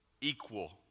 equal